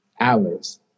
hours